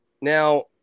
Now